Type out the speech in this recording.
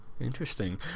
Interesting